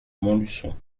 montluçon